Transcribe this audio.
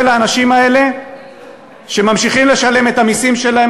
לאנשים האלה שממשיכים לשלם את המסים שלהם,